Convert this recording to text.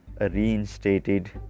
reinstated